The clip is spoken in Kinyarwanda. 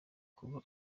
kuba